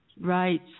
Right